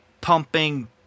pumping